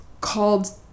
called